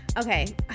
Okay